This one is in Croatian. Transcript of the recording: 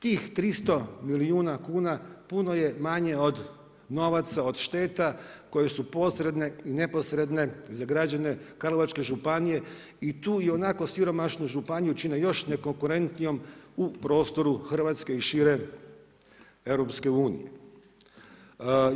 Tih 300 milijuna kuna puno je manje od novaca od šteta koje su posredne i neposredne za građane Karlovačke županije i tu ionako siromašnu županiju čine još nekonkurentnijom u prostoru Hrvatske i šire, EU-a.